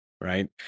right